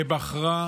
שבחרה